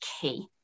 key